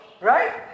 Right